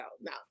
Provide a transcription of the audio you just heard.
No